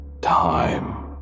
time